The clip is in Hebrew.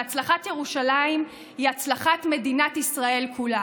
והצלחת ירושלים היא הצלחת מדינת ישראל כולה.